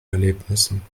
erlebnissen